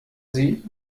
sie